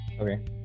Okay